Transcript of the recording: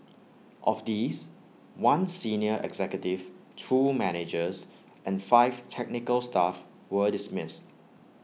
of these one senior executive two managers and five technical staff were dismissed